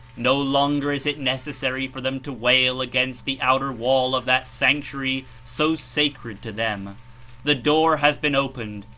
no longer is it necessary for them to wail against the outer wall of that sanctuary so sacred to them the door has been opened,